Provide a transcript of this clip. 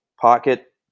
pocket